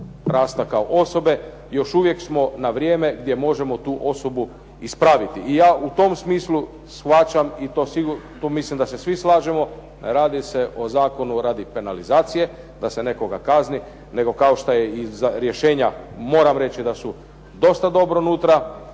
rasta kao osobe, još uvijek smo na vrijeme gdje možemo tu osobu ispraviti. I ja u tom smislu shvaćam i to mislim da se svi slažemo radi se o zakonu radi penalizacije da se nekoga kazni nego kao što je i za rješenja moram reći da su dosta dobro unutra